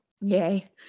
Yay